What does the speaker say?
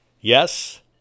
Yes